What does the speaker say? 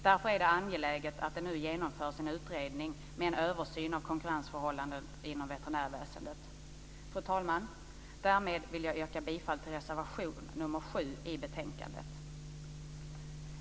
Därför är det angeläget att det nu genomförs en utredning med en översyn av konkurrensförhållandena inom veterinärväsendet. Fru talman! Därmed vill jag yrka bifall till reservation nr 7 i betänkandet.